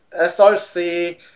SRC